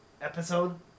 episode